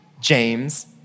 James